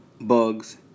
bugs